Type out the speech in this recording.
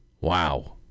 Wow